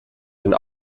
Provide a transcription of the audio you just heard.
and